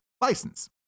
license